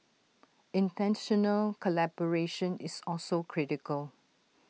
International collaboration is also critical